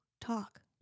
Talk